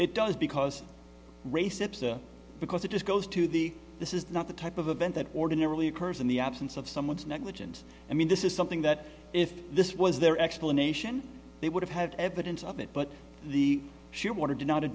it does because race ipsa because it just goes to the this is not the type of event that ordinarily occurs in the absence of someone's negligent i mean this is something that if this was their explanation they would have had evidence of it but the shearwater did not to